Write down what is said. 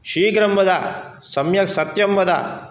शीघ्रं वद सम्यक् सत्यं वद